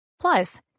Plus